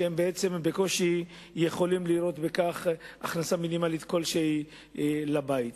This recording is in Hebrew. שבעצם בקושי יכולים לראות בכך הכנסה מינימלית כלשהי לבית.